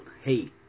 hey